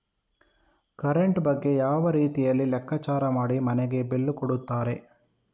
Current ಬಗ್ಗೆ ಯಾವ ರೀತಿಯಲ್ಲಿ ಲೆಕ್ಕಚಾರ ಮಾಡಿ ಮನೆಗೆ ಬಿಲ್ ಕೊಡುತ್ತಾರೆ?